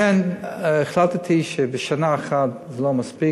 לכן החלטתי ששנה אחת זה לא מספיק,